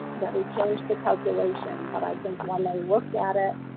that we changed the calculation, but i think when they looked at it,